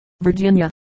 Virginia